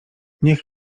niech